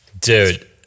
dude